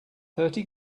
thirty